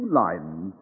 lines